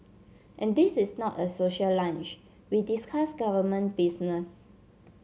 and this is not a social lunch we discuss government business